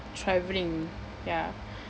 travelling ya